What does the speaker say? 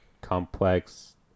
complex